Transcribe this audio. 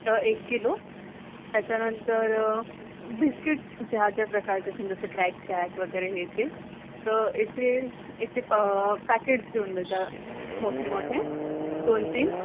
एक किलो त्याच्यानंतर भिस्किट ज्या ज्या प्रकारचे समजा असे क्रॅकचॅक वगैरे आहेत तर याचे याचे प पॅकेट्स घेऊन येजा मोठे मोठे दोन तीन